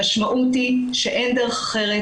המשמעות היא שאין דרך אחרת.